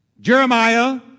Jeremiah